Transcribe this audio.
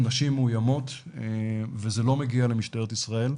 נשים מאוימות וזה לא מגיע למשטרת ישראל.